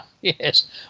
Yes